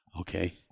okay